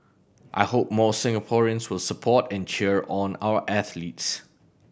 I hope more Singaporeans will support and cheer on our athletes